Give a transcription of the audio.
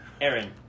Aaron